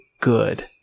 good